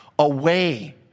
away